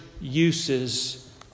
uses